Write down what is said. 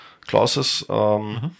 classes